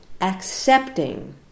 accepting